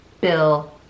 Bill